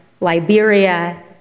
Liberia